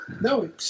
No